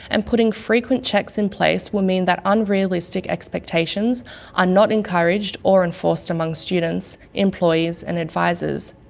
and putting frequent checks in place will mean that unrealistic expectations are not encouraged or enforced among students, employees, and advisors.